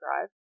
drive